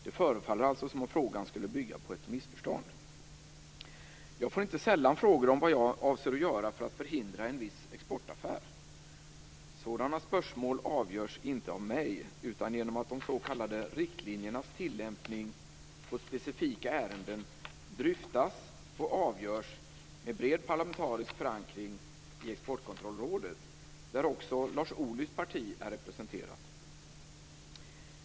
Det förefaller alltså som om frågan skulle bygga på ett missförstånd. Jag får inte sällan frågor om vad jag avser att göra för att förhindra en viss exportaffär. Sådana spörsmål avgörs inte av mig, utan genom att de s.k. riktlinjernas tillämpning på specifika ärenden dryftas och avgörs med bred parlamentarisk förankring i Exportkontrollrådet, där också Lars Ohlys parti är representerat.